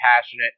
passionate